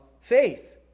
faith